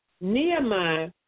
Nehemiah